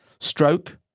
stroke,